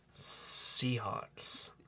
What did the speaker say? Seahawks